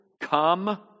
come